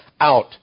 out